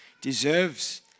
deserves